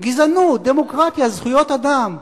גזענות, דמוקרטיה, זכויות אדם.